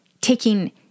taking